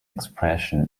expression